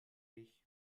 mich